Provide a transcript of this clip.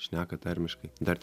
šneka tarmiškai dar